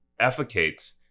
efficates